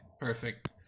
Perfect